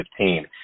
2015